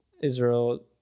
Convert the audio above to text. Israel